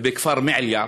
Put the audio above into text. בכפר מעיליא,